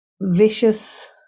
Vicious